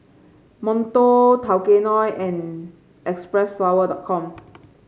Monto Tao Kae Noi and Xpressflower dot com